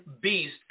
beast